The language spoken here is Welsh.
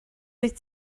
wyt